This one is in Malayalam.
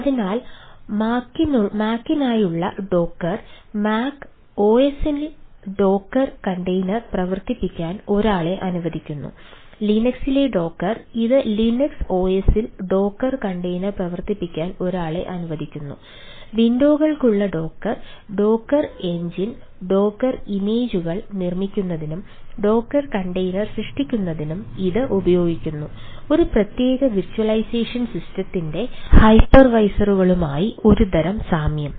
അതിനാൽ മാക്കിനായുള്ള ഒരുതരം സാമ്യം